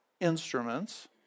instruments